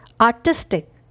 Artistic